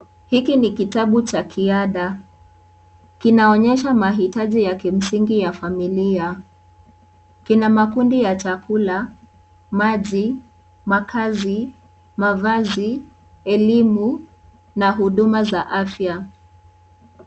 Hiki ni kitabu cha Kiada. Kinaonyesha mahitaji ya msingi ya familia. Kina makundi ya chakula, maji, makazi, mavazi, elimu na huduma za afya.